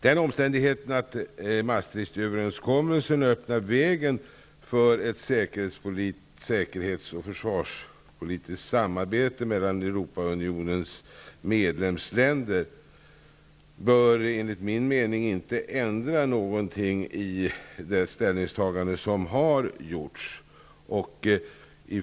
Den omständigheten att Maastrichtöverenskommelsen öppnar vägen för ett säkerhets och försvarspolitiskt samarbete mellan Europaunionens medlemsländer bör enligt min mening inte ändra någonting i det ställningstagande som har gjorts.